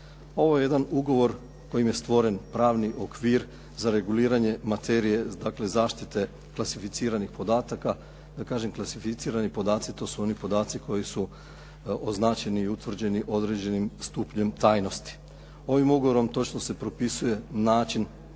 Ovo je jedan ugovor kojim je stvoren pravni okvir za reguliranje materije, dakle zaštite klasificiranih podataka. Da kažem klasificirani podaci to su oni podaci koji su označeni i utvrđeni određenim stupnjem tajnosti. Ovim ugovorom točno se propisuje način